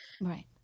Right